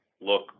look